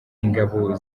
ingabo